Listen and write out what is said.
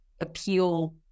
appeal